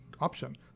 option